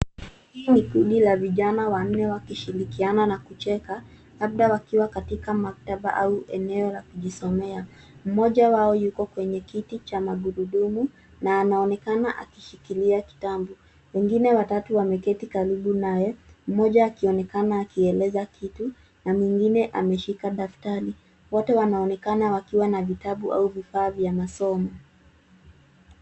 Hili ni kundi la vijana wanne wakishirikiana na kucheka, labda wakiwa katika maktaba au eneo la kujisomea. Mmoja wao yupo kwenye kiti cha magurudumu na anaonekana akishikilia kitabu. Wengine watatu wameketi karibu naye, mmoja akionekana akieleza kitu na mwingine ameshika daftari. Wote wanaonekana wakiwa na vitabu au vifaa vya masomo.